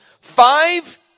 five